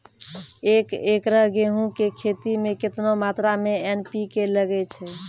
एक एकरऽ गेहूँ के खेती मे केतना मात्रा मे एन.पी.के लगे छै?